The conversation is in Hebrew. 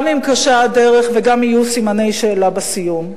גם אם קשה הדרך וגם אם יהיו סימני שאלה בסיום.